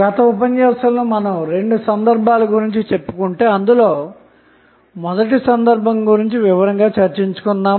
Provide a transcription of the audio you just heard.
గత ఉపన్యాసంలో మనం 2 సందర్భాలు గురించి చెప్పుకుంటే అందులో మొదటి సందర్భం గురించి వివరంగా చర్చించుకున్నాము